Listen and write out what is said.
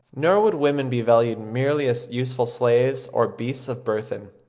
nor would women be valued merely as useful slaves or beasts of burthen.